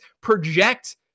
project